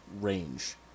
range